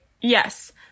Yes